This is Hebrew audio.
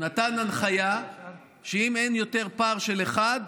נתן הנחיה שאם אין פער של אחד,